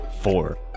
Four